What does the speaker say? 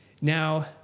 Now